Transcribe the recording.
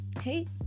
Hey